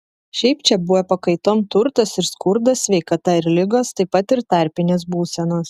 šiaip čia buvę pakaitom turtas ir skurdas sveikata ir ligos taip pat ir tarpinės būsenos